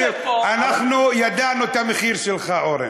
אנחנו ידענו את המחיר שלך, אורן.